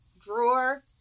drawer